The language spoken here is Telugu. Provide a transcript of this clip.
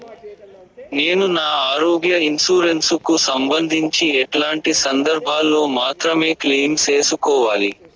నేను నా ఆరోగ్య ఇన్సూరెన్సు కు సంబంధించి ఎట్లాంటి సందర్భాల్లో మాత్రమే క్లెయిమ్ సేసుకోవాలి?